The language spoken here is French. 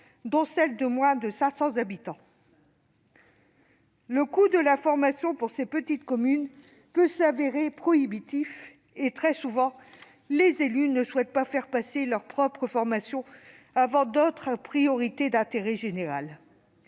dans celles de moins de 500 habitants. Le coût de la formation pour ces petites communes peut se révéler prohibitif. Très souvent, les élus ne souhaitent pas faire passer leur propre formation avant des priorités d'intérêt général.